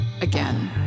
again